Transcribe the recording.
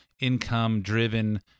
income-driven